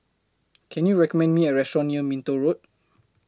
Can YOU recommend Me A Restaurant near Minto Road